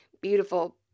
beautiful